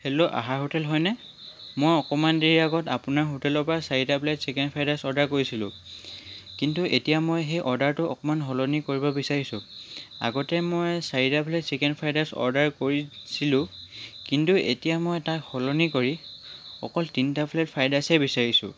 hello Ahar hotel হয়নে মই অকণমান দেৰি আগত আপোনাৰ হোটেলৰ পৰা চাৰিটা plate chicken fried rice order কৰিছিলোঁ কিন্তু এতিয়া মই সেই অৰ্ডাৰটো অকণমান সলনি কৰিব বিচাৰিছোঁ আগতে মই চাৰিটা plate chicken fried rice order কৰিছিলোঁ কিন্তু এতিয়া মই তাক সলনি কৰি অকল তিনিটা প্লে'ট ফ্ৰাইড ৰাইচহে বিচাৰিছোঁ